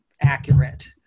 accurate